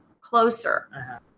closer